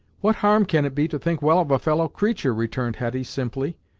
what harm can it be to think well of a fellow creature, returned hetty simply,